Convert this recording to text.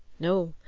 no.